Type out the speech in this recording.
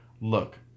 look